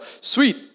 sweet